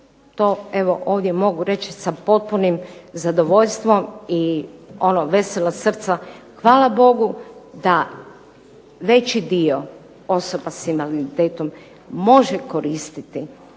evo ovdje mogu reći sa potpunim zadovoljstvom i vesela srca, hvala Bogu da veći dio osoba s invaliditetom može koristiti